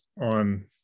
on